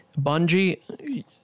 Bungie